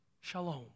Shalom